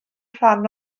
rhan